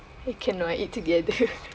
cannot eat together